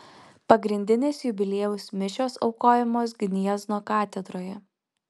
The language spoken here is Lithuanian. pagrindinės jubiliejaus mišios aukojamos gniezno katedroje